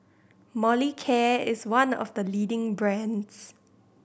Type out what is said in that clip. Molicare is one of the leading brands